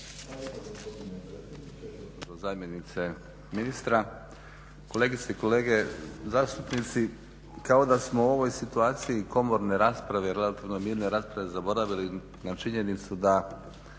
zamjenice ministra, kolegice i kolege zastupnici. Kao da smo u ovoj situaciji komorne rasprave, … rasprave zaboravili na činjenicu da